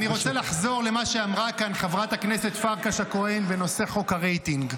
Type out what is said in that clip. אני רוצה לחזור למה שאמרה כאן חברת הכנסת פרקש הכהן בנושא חוק הרייטינג.